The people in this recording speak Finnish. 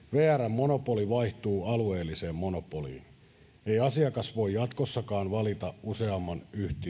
monopoli vaihtuu alueelliseen monopoliin ei asiakas voi jatkossakaan valita useamman yhtiön